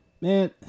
man